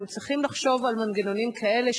אנחנו צריכים לחשוב על מנגנונים כאלה,